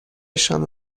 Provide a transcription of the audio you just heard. شام